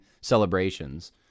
celebrations